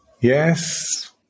Yes